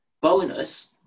Bonus